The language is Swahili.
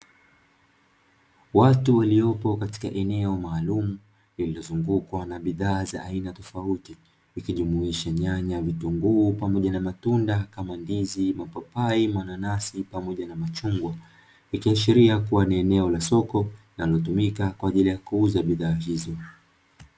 Watu waliopo katika eneo maalumu lililozungukwa na bidhaa za aina tofauti, ikijumuisha nyanya vitunguu pamoja na matunda kama ndizi mapapai, mananasi pamoja na machungwa ikiashiria kuwa ni eneo la soko linalotumika kwa ajili ya kuuza bidhaa hizo.